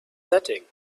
setting